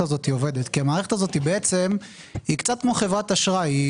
הזאת עובדת כי המערכת הזאת קצת כמו חברת אשראי.